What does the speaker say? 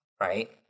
Right